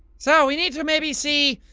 so we need to maybe see,